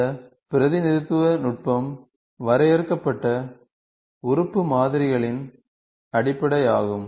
இந்த பிரதிநிதித்துவ நுட்பம் வரையறுக்கப்பட்ட உறுப்பு மாதிரிகளின் அடிப்படையாகும்